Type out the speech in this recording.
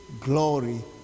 glory